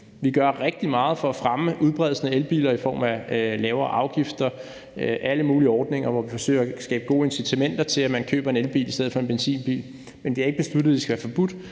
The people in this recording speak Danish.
Vi gør rigtig meget for at fremme udbredelsen af elbiler gennem lavere afgifter og alle mulige ordninger, hvor vi forsøger at skabe gode incitamenter til, at man køber en elbil i stedet for en benzinbil. Men det er ikke besluttet, at det skal være forbudt,